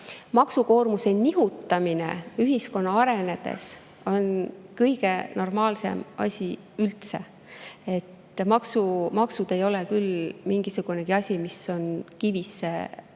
maksukoormuse nihutamine ühiskonna arenedes on kõige normaalsem asi üldse. Maksud ei ole küll mingisugune asi, mis on kivisse raiutud.